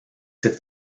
cette